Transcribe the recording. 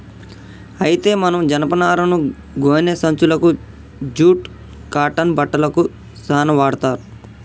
అయితే మనం జనపనారను గోనే సంచులకు జూట్ కాటన్ బట్టలకు సాన వాడ్తర్